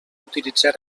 utilitzar